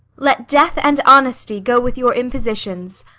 let death and honesty go with your impositions,